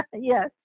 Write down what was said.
yes